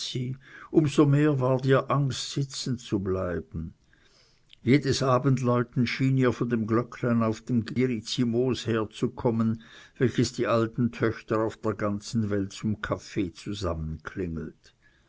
so mehr ward ihr angst sitzen zu bleiben jedes abendläuten schien ihr von dem glöcklein auf dem girizimoos her zu kommen welches die alten töchter auf der ganzen welt zum kaffee